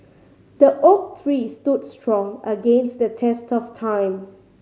the oak tree stood strong against the test of time